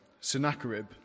sennacherib